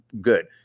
good